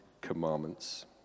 commandments